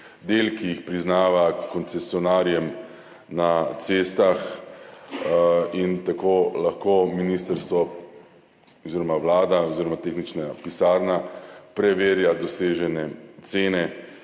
del, ki jih priznava koncesionarjem na cestah, in tako lahko ministrstvo oziroma vlada oziroma tehnična pisarna preverja dosežene cene